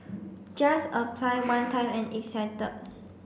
just apply one time and it's settled